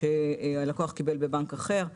שהלקוח קיבל בבנק אחר.